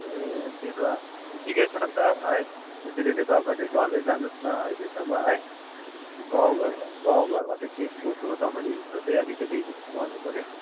ए त्यसो भए ठिकै छ नि त है त्यसरी नै तपाईँले गर्दै जानुहोस् न अहिलेसम्म है गाउँघरमा गाउँघरमा त के कसो हो तपाईँहरूले यो चाहिँ अलिकति भन्नुपऱ्यो